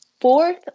fourth